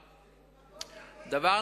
דמגוגיה, הכול דמגוגיה.